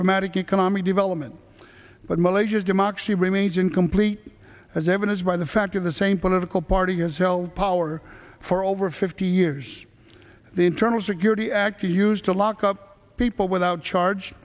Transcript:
dramatic economic development but malaysia's democracy remains incomplete as evidence by the fact of the same political party has held power for over fifty years the internal security act he used to lock up people without charge